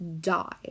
die